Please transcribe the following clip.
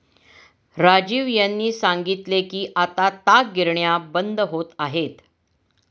राजीव यांनी सांगितले की आता ताग गिरण्या बंद होत आहेत